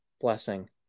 blessing